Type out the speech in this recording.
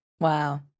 Wow